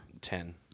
Ten